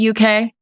UK